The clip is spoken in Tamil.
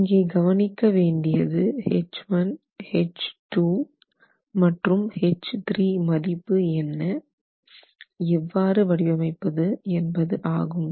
இங்கே கவனிக்க வேண்டியது H 1 H 2 மற்றும் H 3 மதிப்பு என்ன எவ்வாறு வடிவமைப்பது என்பதாகும்